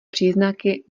příznaky